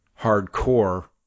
hardcore